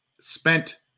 spent